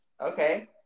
Okay